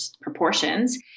proportions